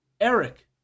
Eric